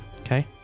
Okay